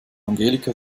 angelika